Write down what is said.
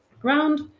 ground